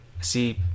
see